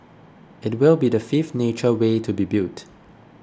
it will be the fifth nature way to be built